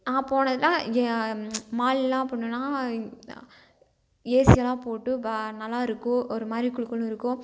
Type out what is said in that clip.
நான் போனதில் ஏ மால்லாம் போனோம்னா ஏசியெல்லாம் போட்டு கா நல்லா இருக்கும் ஒரு மாதிரி குளுகுளுன்னு இருக்கும்